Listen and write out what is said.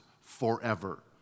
forever